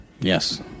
Yes